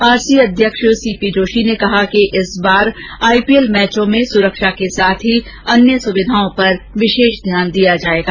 RCA अध्यक्ष C P Joshi ने कहा कि इस बार आईपीएल मैचों में सुरक्षा के साथ ही अन्य सुविधाओं पर विशेष ध्यान दिया जाएगा